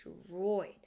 destroyed